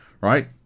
right